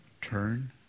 Turn